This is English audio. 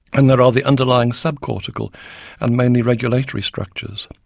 and there are the underlying subcortical and mainly regulatory structures.